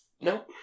No